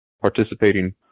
participating